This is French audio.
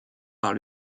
par